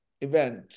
event